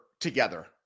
together